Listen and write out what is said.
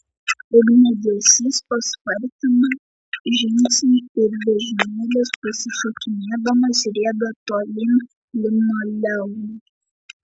ugniagesys paspartina žingsnį ir vežimėlis pasišokinėdamas rieda tolyn linoleumu